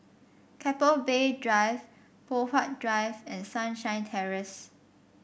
Keppel Bay Drive Poh Huat Drive and Sunshine Terrace